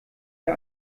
wir